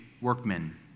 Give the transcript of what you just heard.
workmen